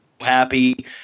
happy